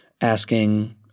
asking